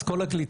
אז כל הקליטה,